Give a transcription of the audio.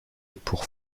pour